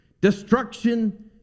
destruction